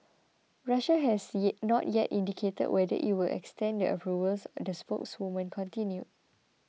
Russia has yet not yet indicated whether it will extend the approvals the spokeswoman continued